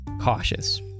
cautious